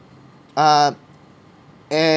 uh and